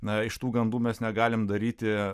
na iš tų gandų mes negalim daryti